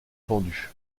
pendu